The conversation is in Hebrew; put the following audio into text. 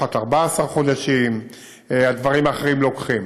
לוקחת 14 חודשים, הדברים האחרים לוקחים.